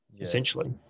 essentially